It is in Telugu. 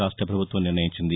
రాష్ట ప్రభుత్వం నిర్ణయించింది